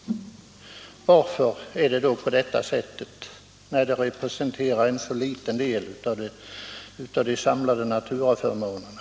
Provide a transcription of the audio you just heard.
Varför är det då på detta sätt, när bränslet representerar en så liten del av de samlade naturaförmånerna?